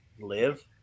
Live